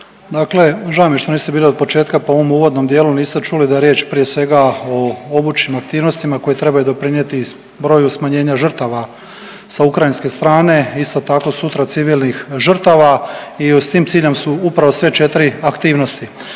Dakle, žao mi je što niste bili od početka pa u mom uvodnom dijelu niste čuli da je riječ prije svega o obučnim aktivnostima koje trebaju doprinijeti i broju smanjenja žrtava sa ukrajinske strane, isto tako sutra civilnih žrtava. I s tim ciljem su upravo sve 4 aktivnosti.